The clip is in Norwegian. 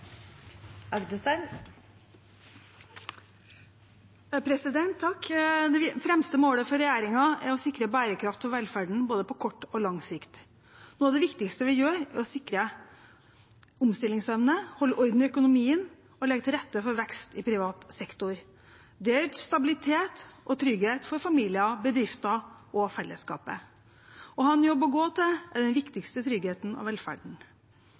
å sikre bærekraft for velferden, både på kort og på lang sikt. Noe av det viktigste vi gjør, er å sikre omstillingsevne, holde orden i økonomien og legge til rette for vekst i privat sektor. Det gir økt stabilitet og trygghet for familier, bedrifter og fellesskapet. Å ha en jobb å gå til er den viktigste tryggheten og velferden.